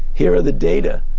here are the data.